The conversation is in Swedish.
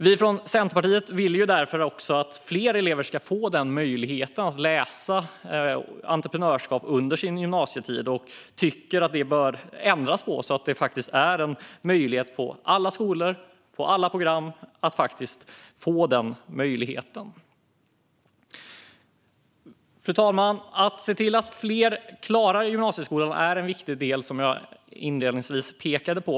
Vi från Centerpartiet vill därför att fler elever ska få möjlighet att läsa entreprenörskap under sin gymnasietid och tycker att det bör göras ändringar så att detta blir en möjlighet på alla skolor och alla program. Fru talman! Att se till att fler klarar gymnasieskolan är en viktig del som jag inledningsvis pekade på.